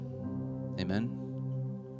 Amen